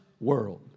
world